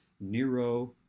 Nero